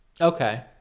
Okay